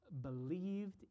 believed